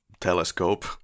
telescope